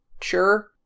Sure